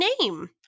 name